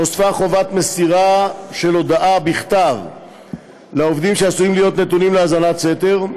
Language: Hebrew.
נוספה חובת מסירת הודעה בכתב לעובדים שעשויים להיות נתונים להאזנת סתר,